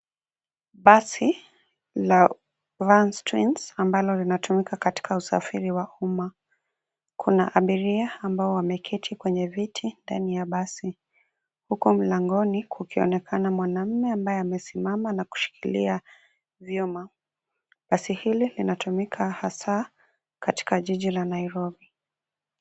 Basi la Vans Twins ambalo linatumika katika usafiri wa umma. Kuna abiria ambao wameketi kwenye viti ndani ya basi huku mlangoni kukionekana mwanaume ambaye amesimama na kushikilia vyuma. Basi hili linatumika hasa katika jiji la Nairobi.